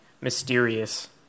mysterious